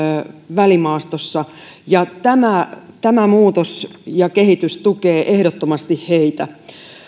välimaastossa ja tämä tämä muutos ja kehitys tukee ehdottomasti heitä